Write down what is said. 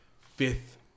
fifth